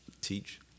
teach